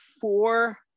four